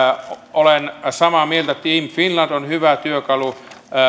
olen samaa mieltä team finland on hyvä työkalu